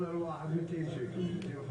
ראינו באמת בסרטון הזה שבסוף המנטליות היא לא שם,